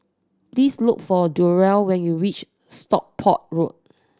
please look for Durell when you reach Stockport Road